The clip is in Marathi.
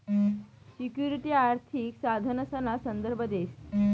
सिक्युरिटी आर्थिक साधनसना संदर्भ देस